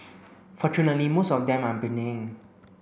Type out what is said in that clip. fortunately most of them are benign